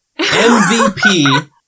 MVP